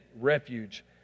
refuge